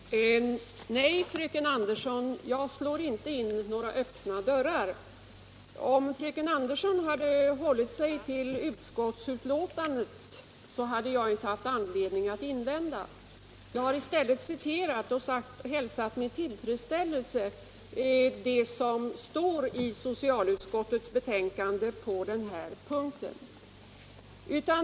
Herr talman! Nej, fröken Andersson, jag slår inte in några öppna dörrar. Om fröken Andersson hade hållit sig till utskottsbetänkandet skulle jag inte haft anledning att invända. Jag har i stället citerat och med tillfredsställelse hälsat det som anförs i socialutskottets betänkande på denna punkt.